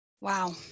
wow